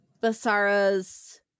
basara's